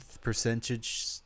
percentage